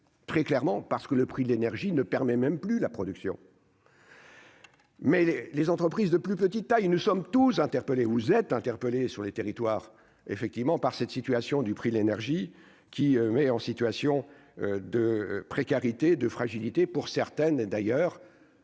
très clairement parce que le prix de l'énergie ne permet même plus la production. Mais les entreprises de plus petite taille, nous sommes tous interpellés, vous êtes interpellé sur les territoires effectivement par cette situation, du prix de l'énergie, qui met en situation de précarité et de fragilité pour certaines, d'ailleurs,